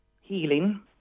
healing